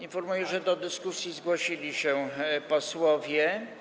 Informuję, że do dyskusji zgłosili się posłowie.